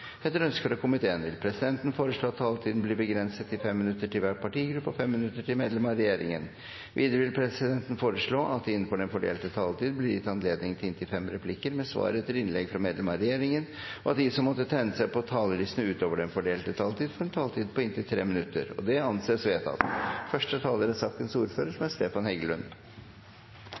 Etter ønske fra helse- og omsorgskomiteen vil presidenten foreslå at taletiden blir begrenset til 5 minutter til hver partigruppe og 5 minutter til medlemmer av regjeringen. Videre vil presidenten foreslå at det – innenfor den fordelte taletid – blir gitt anledning til inntil fem replikker med svar etter innlegg fra medlemmer av regjeringen, og at de som måtte tegne seg på talerlisten utover den fordelte taletid, får en taletid på inntil 3 minutter. – Det anses vedtatt.